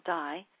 die